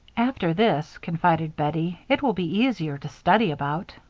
after this, confided bettie, it will be easier to study about.